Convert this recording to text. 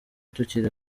tukiri